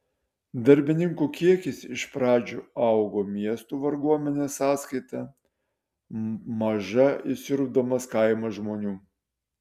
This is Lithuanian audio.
darbininkų kiekis iš pradžių augo miestų varguomenės sąskaita maža įsiurbdamas kaimo žmonių